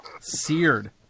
seared